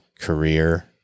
career